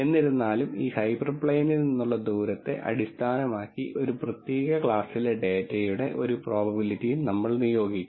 എന്നിരുന്നാലും ഈ ഹൈപ്പർപ്ലെയിനിൽ നിന്നുള്ള ദൂരത്തെ അടിസ്ഥാനമാക്കി ഒരു പ്രത്യേക ക്ലാസിലെ ഡാറ്റയുടെ ഒരു പ്രോബബിലിറ്റിയും നമ്മൾ നിയോഗിക്കുന്നു